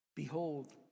Behold